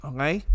Okay